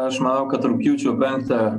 aš manau kad rugpjūčio penktą